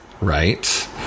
right